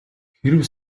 хэрэв